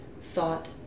thought